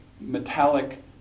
metallic